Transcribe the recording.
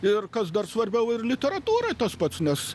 ir kas dar svarbiau ir literatūroj tas pats nes